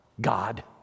God